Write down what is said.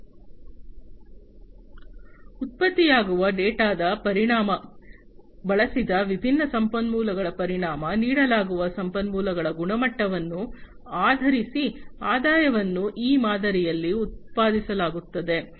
ಉತ್ಪತ್ತಿಯಾಗುವ ಡೇಟಾದ ಪರಿಮಾಣ ಬಳಸಿದ ವಿಭಿನ್ನ ಸಂಪನ್ಮೂಲಗಳ ಪರಿಮಾಣ ನೀಡಲಾಗುವ ಸಂಪನ್ಮೂಲಗಳ ಗುಣಮಟ್ಟವನ್ನು ಆಧರಿಸಿ ಆದಾಯವನ್ನು ಈ ಮಾದರಿಯಲ್ಲಿ ಉತ್ಪಾದಿಸಲಾಗುತ್ತದೆ